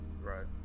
Right